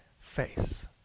face